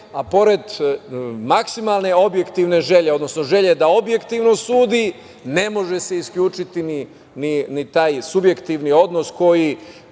a pored maksimalne objektivne želje, odnosno želje da objektivno sudi, ne može se isključiti ni taj subjektivni odnos koji